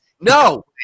No